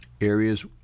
areas